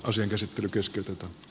asian käsittely keskeytetään